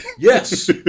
Yes